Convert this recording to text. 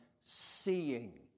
seeing